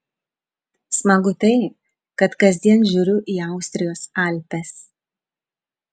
smagu tai kad kasdien žiūriu į austrijos alpes